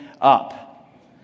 up